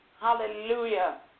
Hallelujah